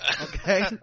okay